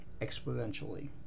exponentially